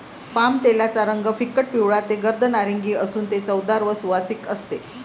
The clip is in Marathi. पामतेलाचा रंग फिकट पिवळा ते गर्द नारिंगी असून ते चवदार व सुवासिक असते